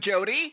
Jody